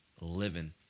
living